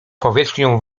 powierzchnią